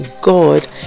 God